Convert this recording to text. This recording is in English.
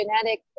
genetic